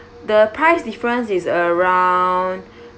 the price difference is around